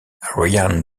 ryan